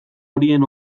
horien